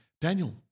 Daniel